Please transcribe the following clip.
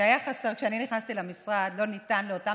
שהיו חסרים כשאני נכנסתי למשרד לא ניתנו לאותה